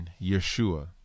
Yeshua